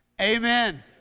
Amen